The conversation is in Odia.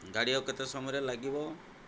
ଗାଡ଼ି କେତେ ସମୟରେ ଲାଗିବ